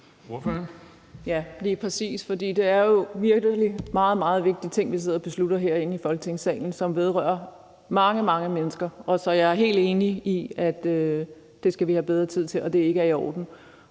Ja, lige præcis, for det er jo vitterlig meget, meget vigtige ting, vi sidder og beslutter herinde i Folketingssalen, som vedrører mange, mange mennesker. Så jeg er helt enig i, at det skal vi have bedre tid til, og at det ikke er i orden.